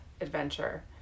adventure